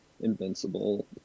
Invincible